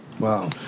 Wow